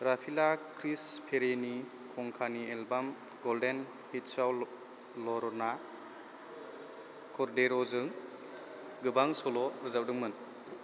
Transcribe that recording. राफिल्ला क्रिस पेरिनि कंकानि एल्बाम गल्डेन हित्साव लर'ना कर्दैर'जों गोबां सल' रोजाबदोंमोन